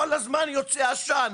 כל הזמן יוצא עשן,